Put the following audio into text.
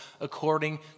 according